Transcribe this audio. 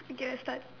okay I start